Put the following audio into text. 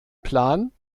plan